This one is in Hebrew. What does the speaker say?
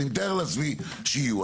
אני מתאר לעצמי שיהיו.